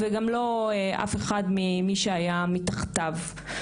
וגם לא אף אחד שהיה מתחתיו.